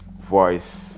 voice